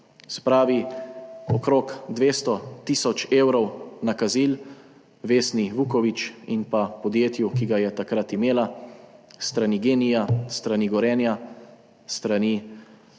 pravi, okrog 200 tisoč evrov nakazil Vesni Vuković in podjetju, ki ga je takrat imela, s strani GEN-I, s strani Gorenja, s strani